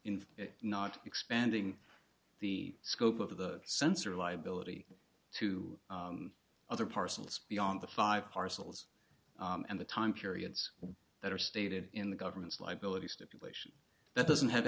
in not expanding the scope of the sensor liability to other parcels beyond the five parcels and the time periods that are stated in the government's libel of the stipulation that doesn't have